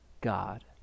God